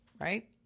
right